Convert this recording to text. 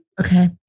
Okay